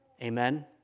Amen